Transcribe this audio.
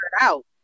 out